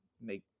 make